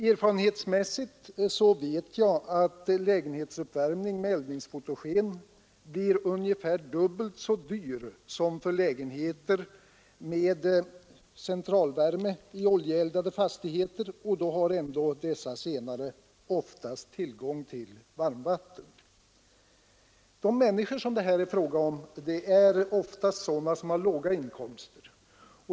Erfarenhetsmässigt vet jag att lägenhetsuppvärmning med eldningsfotogen ställer sig ungefär dubbelt så dyr som lägenhetsuppvärmning med centralvärme i oljeeldade fastigheter, och då har ändå dessa senare oftast tillgång till varmvatten. De människor som det här är fråga om har oftast låga inkomster.